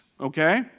Okay